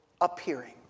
appearing